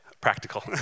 practical